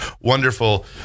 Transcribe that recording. wonderful